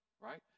right